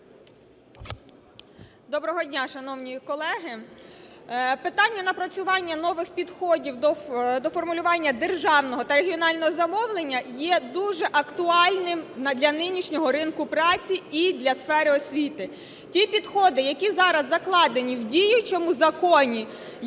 Доброго дня, шановні колеги! Питання напрацювання нових підходів до формулювання державного та регіонального замовлення є дуже актуальним для нинішнього ринку праці і для сфери освіти. Ті підходи, які зараз закладені в діючому законі,